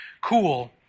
Cool